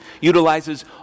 utilizes